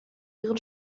ihren